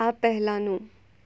આ પહેલાંનું